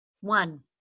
One